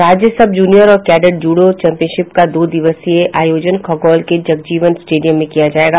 राज्य सब जूनियर और कैडेट जूडो चैम्पियनशिप का दो दिवसीय आयोजन खगौल के जगजीवन स्टेडियम में किया जायेगा